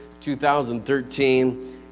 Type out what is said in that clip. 2013